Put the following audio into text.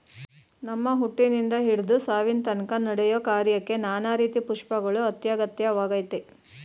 ನಮ್ಮ ಹುಟ್ಟಿನಿಂದ ಹಿಡ್ದು ಸಾವಿನತನ್ಕ ನಡೆಯೋ ಕಾರ್ಯಕ್ಕೆ ನಾನಾ ರೀತಿ ಪುಷ್ಪಗಳು ಅತ್ಯಗತ್ಯವಾಗಯ್ತೆ